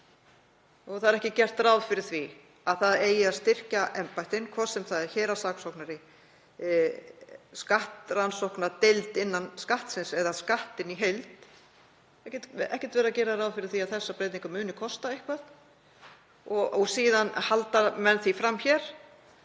Það er ekki gert ráð fyrir því að styrkja eigi embættin, hvort sem það er héraðssaksóknari, skattrannsóknardeild innan Skattsins eða Skatturinn í heild. Ekki er gert ráð fyrir því að þessar breytingar muni kosta eitthvað. Síðan halda menn því fram hér